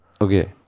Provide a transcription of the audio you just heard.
Okay